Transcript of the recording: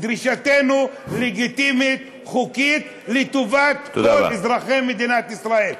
דרישתנו לגיטימית וחוקית ולטובת כל אזרחי מדינת ישראל.